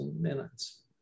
minutes